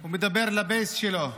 הוא מדבר לבייס שלו.